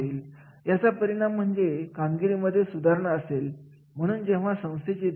आणि जिथे कर्मचाऱ्यांना कमी कोण आहे त्या ठिकाणी प्रशिक्षण कार्यक्रम आयोजित करण्यात आले